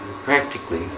Practically